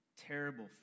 terrible